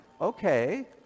Okay